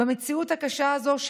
במציאות הקשה הזו,